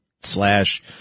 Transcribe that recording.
slash